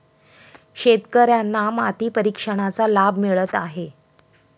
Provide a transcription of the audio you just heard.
शेतकर्यांना माती परीक्षणाचा लाभ मिळत आहे